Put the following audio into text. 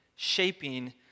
Shaping